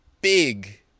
big